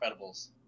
Incredibles